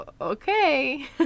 Okay